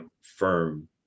firm